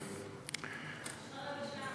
יש לך רבע שעה.